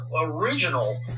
original